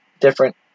different